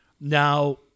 Now